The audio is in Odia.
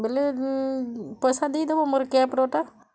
ବୋଲେ ପଇସା ଦେଇ ଦେବୁ ମୋର କ୍ୟାବ୍ରଟା